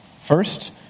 First